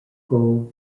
gold